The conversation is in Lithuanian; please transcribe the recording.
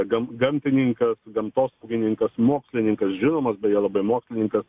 gam gamtininkas gamtosaugininkas mokslininkas žinomas beje labai mokslininkas